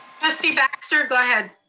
trustee baxter, go ahead.